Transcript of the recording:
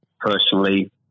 personally